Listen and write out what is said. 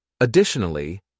Additionally